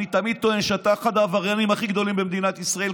אני תמיד טוען שאתה אחד העבריינים הכי גדולים במדינת ישראל,